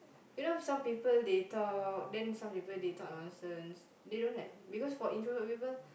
you know some people they talk then some people they talk nonsense they don't like because for introvert people